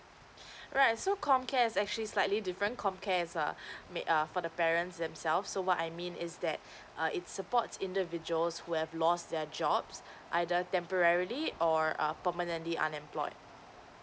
right so comcare is actually slightly different comcare is a made err for the parents themselves so what I mean is that err it supports individuals who have lost their jobs either temporarily or err permanently unemployed